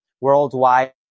worldwide